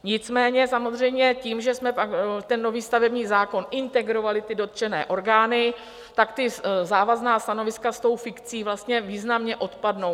Nicméně samozřejmě tím, že jsme ten nový stavební zákon integrovali, ty dotčené orgány, tak ta závazná stanoviska s tou fikcí vlastně významně odpadnou.